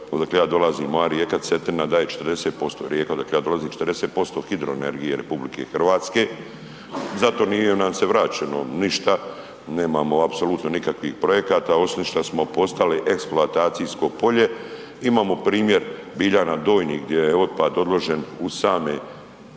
odakle ja dolazim, moja rijeka Cetina daje 40%, rijeka odakle ja dolazim 40% hidroenergije RH, zato nije nan se vraćeno ništa, nemamo apsolutno nikakvih projekata osim šta smo postali eksploatacijsko polje. Imamo primjer Biljana Donjih gdje je otpad odložen uz same